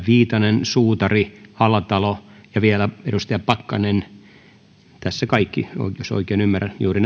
viitanen suutari alatalo ja vielä edustaja pakkanen tässä kaikki jos oikein ymmärrän juuri